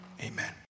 amen